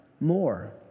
more